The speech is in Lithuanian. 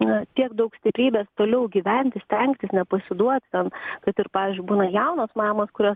na tiek daug stiprybės toliau gyventi stengtis nepasiduoti ten kad ir pavyzdžiui būna jaunos mamos kurios